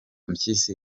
mpyisi